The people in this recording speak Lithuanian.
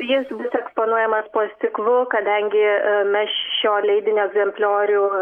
jis bus eksponuojamas po stiklu kadangi mes šio leidinio egzempliorių